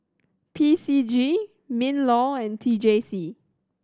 P C G MinLaw and T J C